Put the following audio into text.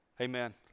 amen